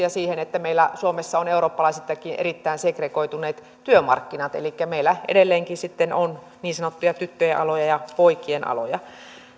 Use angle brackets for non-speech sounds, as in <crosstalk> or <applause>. <unintelligible> ja siihen että meillä suomessa on eurooppalaisittainkin erittäin segregoituneet työmarkkinat elikkä meillä edelleenkin on niin sanottuja tyttöjen aloja ja poikien aloja